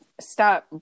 stop